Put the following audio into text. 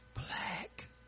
black